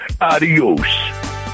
adios